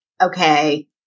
Okay